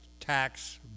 tax